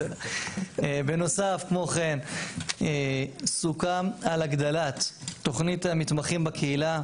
בנוסף כמו כן סוכם על הגדלת תכנית המתמחים בקהילה.